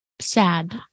sad